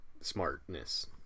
smartness